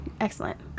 Excellent